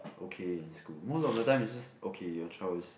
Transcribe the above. okay in school most of the time it's just okay your child is